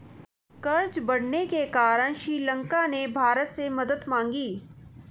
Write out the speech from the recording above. कर्ज बढ़ने के कारण श्रीलंका ने भारत से मदद मांगी